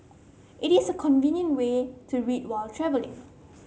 it is a convenient way to read while travelling